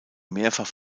mehrfach